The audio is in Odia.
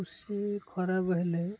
କୃଷି ଖରାପ ହେଲେ